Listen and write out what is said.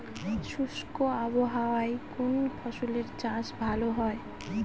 শুষ্ক আবহাওয়ায় কোন ফসলের চাষ ভালো হয়?